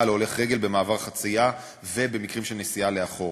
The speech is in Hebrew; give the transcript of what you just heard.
להולך רגל במעבר חצייה ובמקרים של נסיעה לאחור.